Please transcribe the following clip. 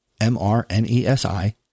M-R-N-E-S-I